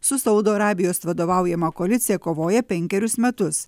su saudo arabijos vadovaujama koalicija kovoje penkerius metus